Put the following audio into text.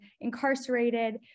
incarcerated